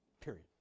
Period